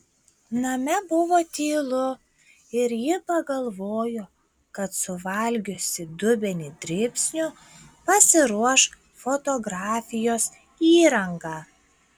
name buvo tylu ir ji pagalvojo kad suvalgiusi dubenį dribsnių pasiruoš fotografijos įrangą